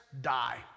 die